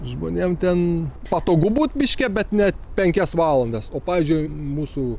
žmonėm ten patogu būt miške bet ne penkias valandas o pavyzdžiui mūsų